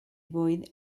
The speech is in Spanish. boyd